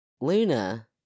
Luna